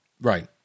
Right